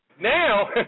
now